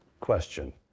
question